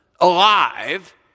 alive